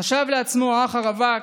חשב לעצמו האח הרווק: